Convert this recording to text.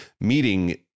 meeting